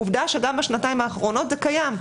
עובדה שגם בשנתיים האחרונות זה קיים.